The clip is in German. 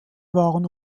waren